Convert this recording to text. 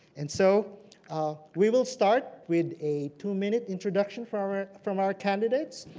and so ah we will start with a two-minute introduction from ah from our candidates.